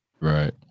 Right